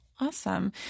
Awesome